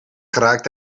geraakt